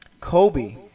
Kobe